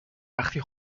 وقتی